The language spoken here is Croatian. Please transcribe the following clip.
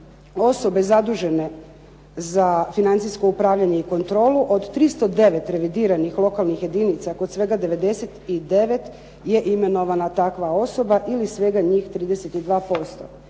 osobe zadužene za financijsko upravljanje i kontrolu od 309 revidiranih lokalnih jedinica kod svega 99 je imenovana takva osoba ili svega njih 32%.